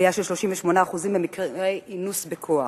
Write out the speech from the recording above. עלייה של 38% במקרי אינוס בכוח,